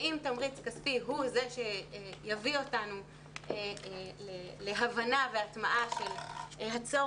ואם תמריץ כספי הוא זה שיביא אותנו להבנה ולהטמעה של הצורך